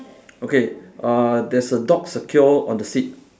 okay uh there's a dog secure on the seat